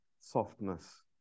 softness